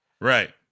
Right